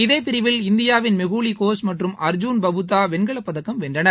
இதே பிரிவில் இந்தியாவின் மெஹூலி கோஷ் மற்றும் அர்ஜூன் பபுத்தா வெண்கலப்பதக்கம் வென்றனர்